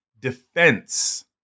defense